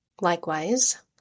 Likewise